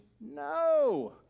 No